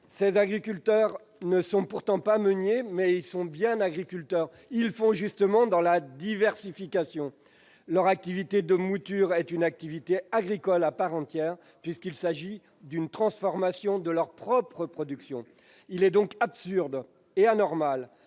Ces agriculteurs ne sont pas meuniers, mais bien agriculteurs : ils font oeuvre de diversification. Leur activité de mouture est une activité agricole à part entière puisqu'il s'agit d'une transformation de leur propre production. Il est donc absurde et anormal